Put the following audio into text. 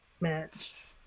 match